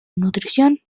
nutrición